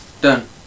Done